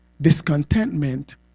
Discontentment